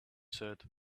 said